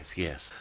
yes,